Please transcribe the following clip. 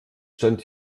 stand